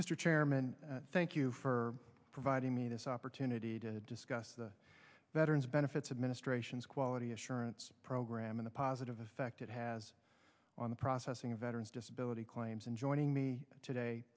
mr chairman thank you for providing me this opportunity to discuss the veteran's benefits administration's quality assurance program in a positive effect it has on the processing of veterans disability claims and joining me today